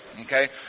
Okay